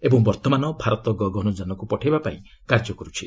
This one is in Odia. ଏବଂ ବର୍ତ୍ତମାନ ଭାରତ ଗଗନଯାନକୁ ପଠାଇବା ପାଇଁ କାର୍ଯ୍ୟ କରୁଛି